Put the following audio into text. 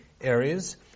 areas